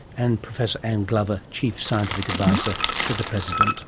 and professor anne glover, chief scientific adviser to the president